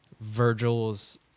Virgil's